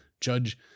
judge